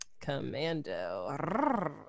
commando